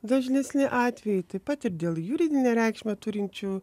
dažnesni atvejai taip pat ir dėl juridinę reikšmę turinčių